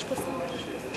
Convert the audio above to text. איך שאתה רוצה.